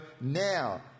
now